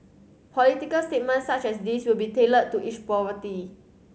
political statements such as these will be tailored to each property